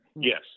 Yes